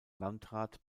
landrat